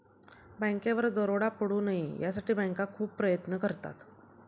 बँकेवर दरोडा पडू नये यासाठी बँका खूप प्रयत्न करतात